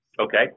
Okay